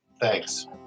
Thanks